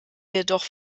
jedoch